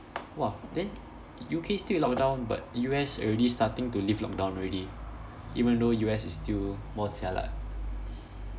!wah! then U_K still lockdown but U_S already starting to lift lockdown already even though U_S is still more jialat